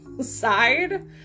side